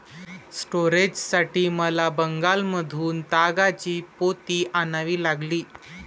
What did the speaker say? स्टोरेजसाठी मला बंगालमधून तागाची पोती आणावी लागली